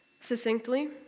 Succinctly